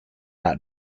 not